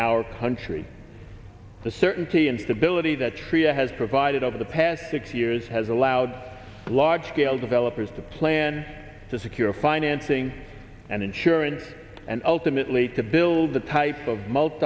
our country the certainty and stability the trio has provided over the past six years has allowed large scale developers to plan to secure financing and insurance and ultimately to build the type of multi